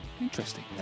Interesting